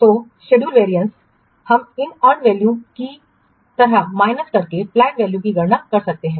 तो schedule variance हम इस अर्नड वैल्यू की तरह माइनस करके पलैंड वैल्यू की गणना कर सकते हैं